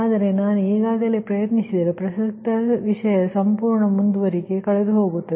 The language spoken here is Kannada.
ಆದರೆ ನಾನು ಈಗಲೇ ಪ್ರಯತ್ನಿಸಿದರೆ ಪ್ರಸಕ್ತ ವಿಷಯದ ಸಂಪೂರ್ಣ ಮುಂದುವರಿಕೆ ಕಳೆದುಹೋಗುತ್ತದೆ